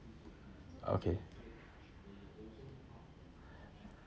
okay